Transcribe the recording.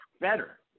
better